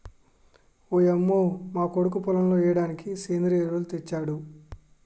ఓయంమో మా కొడుకు పొలంలో ఎయ్యిడానికి సెంద్రియ ఎరువులు తెచ్చాడు